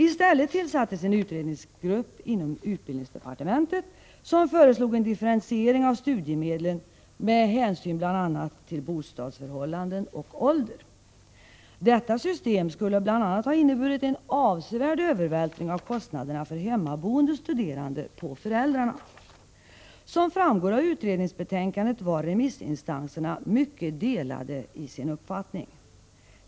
I stället tillsattes en utredningsgrupp inom utbildningsdepartementet, vilken föreslog en differentiering av studiemedlen med hänsyn till bl.a. bostadsförhållanden och ålder. Detta system skulle bl.a. ha inneburit en avsevärd övervältring av kostnaderna för hemmaboende studerande på föräldrarna. Som framgår av utredningsbetänkandet var remissinstanserna mycket delade i sin uppfattning.